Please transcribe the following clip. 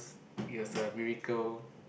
because it was a miracle